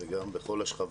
וגם בכל השכבות.